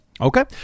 Okay